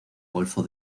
golfo